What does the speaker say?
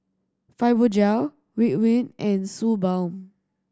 Fibogel Ridwind and Suu Balm